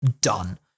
done